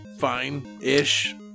Fine-ish